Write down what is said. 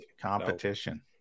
competition